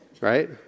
right